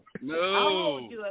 no